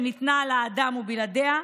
הם תמיד נאורים יותר,